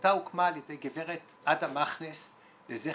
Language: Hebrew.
העמותה הוקמה על ידי גברת עדה מכנס לזכר